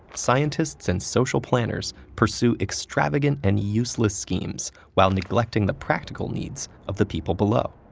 scientists and social planners pursue extravagant and useless schemes while neglecting the practical needs of the people below.